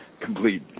complete